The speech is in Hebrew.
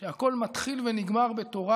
שהכול מתחיל ונגמר בתורה,